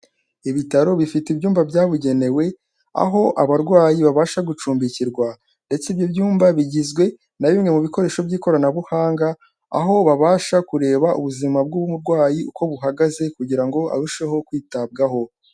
Ibitaro bifite ibyumba byabugenewe, aho abarwayi babasha gucumbikirwa. Ndetse ibyo byumba bigizwe na bimwe mu bikoresho by'ikoranabuhanga, aho babasha kureba ubuzima bw'umurwayi uko buhagaze kugira ngo arusheho kwitabwaho.